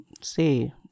say